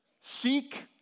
Seek